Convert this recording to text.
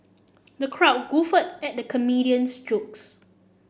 the crowd guffawed at the comedian's jokes